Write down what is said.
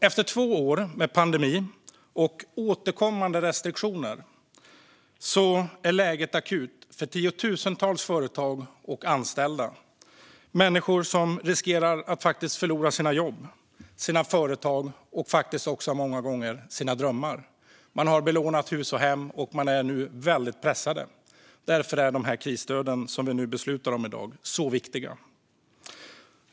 Efter två år med pandemi och återkommande restriktioner är läget akut för tiotusentals företag och anställda. Det är människor som riskerar att förlora sina jobb, sina företag och faktiskt också många gånger sina drömmar. Man har belånat hus och hem och är nu väldigt pressade. Därför är de krisstöd som vi i dag beslutar om så viktiga.